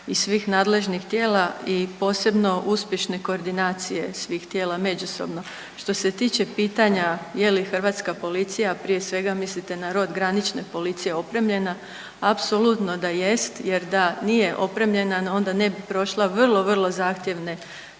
i svih nadležnih tijela i posebno uspješne koordinacije svih tijela međusobno. Što se tiče pitanja je li hrvatska policija, prije svega mislite na rod granične policije, opremljena, apsolutno da jest jer da nije opremljena, ona ne bi prošla vrlo, vrlo zahtjevne